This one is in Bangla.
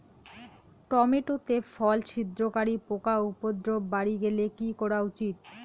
টমেটো তে ফল ছিদ্রকারী পোকা উপদ্রব বাড়ি গেলে কি করা উচিৎ?